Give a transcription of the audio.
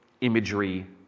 imagery